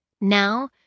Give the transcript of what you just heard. now